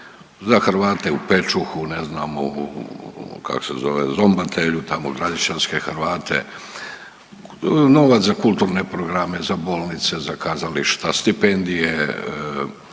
za Hrvate u Pečuhu, ne znam kako se zove Zombatelju, tamo gradišćanske Hrvate, novac za kulturne programe, za bolnice, za kazališta, stipendije,